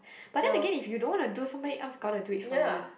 but then again if you don't want to do somebody else got to do it for you